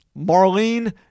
Marlene